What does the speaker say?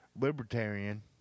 Libertarian